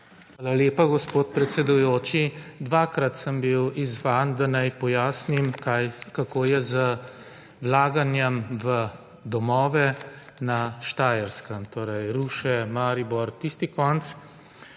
Hvala lepa, gospod predsedujoči. Dvakrat sem bil izzvan, da naj pojasnim kako je z vlaganjem v domove na Štajerskem, torej Ruše, Maribor, tisti konec.